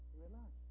relax